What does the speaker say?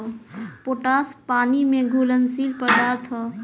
potash पानी में घुलनशील पदार्थ ह